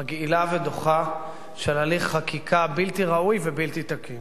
מגעילה ודוחה של הליך חקיקה בלתי ראוי ובלתי תקין,